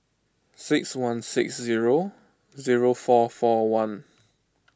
six one six zero zero four four one